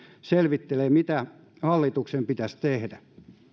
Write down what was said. selvittelevät mitä hallituksen pitäisi tehdä